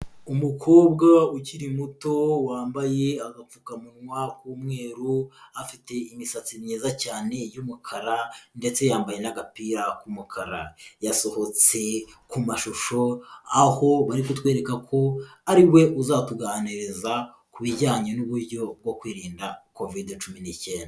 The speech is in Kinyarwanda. Umukobwa ukiri muto, wambaye agapfukamunwa k'umweru, afite imisatsi myiza cyane y'umukara ndetse yambaye n'agapira k'umukara. Yasohotse ku mashusho, aho bari kutwereka ko ari we uzatuganiriza ku bijyanye n'uburyo bwo kwirinda Covid cumi n'icyenda.